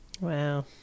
Wow